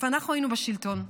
ואנחנו היינו בשלטון,